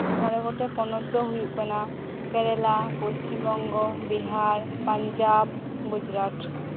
ᱢᱚᱬᱮ ᱜᱚᱴᱮᱱ ᱯᱚᱱᱚᱛ ᱫᱚ ᱦᱩᱭᱩᱜ ᱠᱟᱱᱟ ᱠᱮᱨᱟᱞᱟ ᱯᱚᱥᱪᱷᱤᱢ ᱵᱚᱝᱜᱚ ᱵᱤᱦᱟᱨ ᱯᱟᱧᱡᱟᱵ ᱜᱩᱡᱨᱟᱴ